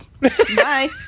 Bye